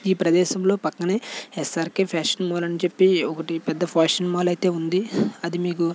ఈ ప్రదేశంలో పక్కనే ఎస్ఆర్కే ఫ్యాషన్ మాల్ అని చెప్పి ఒకటి పెద్ద ఫ్యాషన్ మాల్ అయితే ఉంది అది మీకు